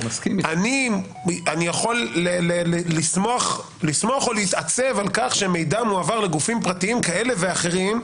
אני יכול לסמוך או להתעצב על כך שמידע מועבר לגופים פרטיים כאלה ואחרים,